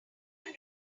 know